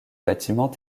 bâtiment